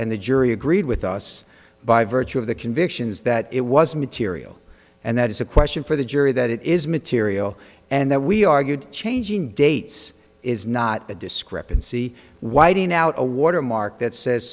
and the jury agreed with us by virtue of the convictions that it was material and that is a question for the jury that it is material and that we argued changing dates is not the discrepancy whiting out a watermark that says